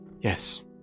Yes